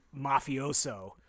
mafioso